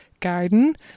garden